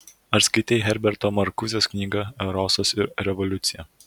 ar skaitei herberto markuzės knygą erosas ir revoliucija